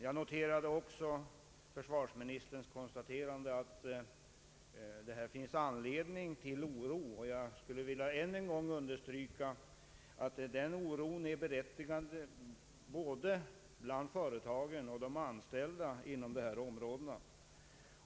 Jag noterade också försvarsministerns konstaterande att det finns anledning till oro, och jag vill än en gång understryka att den oron är be rättigad både bland företagarna och bland de anställda inom de här områdena.